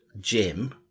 Jim